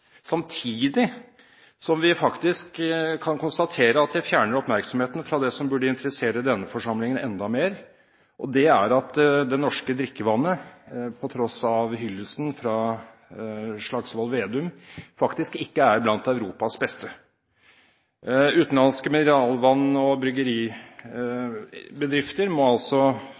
samtidig som vi faktisk kan konstatere at det fjerner oppmerksomheten fra det som burde interessere denne forsamlingen enda mer. Det er at det norske drikkevannet, på tross av hyllesten fra Slagsvold Vedum, faktisk ikke er blant Europas beste. Utenlandske mineralvann- og bryggeribedrifter må altså